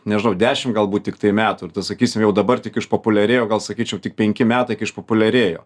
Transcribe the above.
nežinau dešim galbūt tiktai metų ir sakysim jau dabar tik išpopuliarėjo gal sakyčiau tik penki metai kai išpopuliarėjo